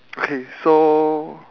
okay so